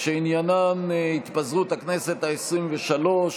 שעניינן התפזרות הכנסת העשרים-ושלוש,